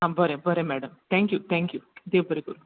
हां बरें बरें मॅडम थँक्यू थँक्यू देव बरें करूं